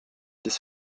des